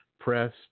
press